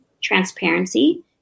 Transparency